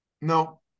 No